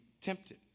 tempted